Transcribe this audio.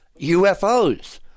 UFOs